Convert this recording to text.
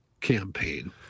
campaign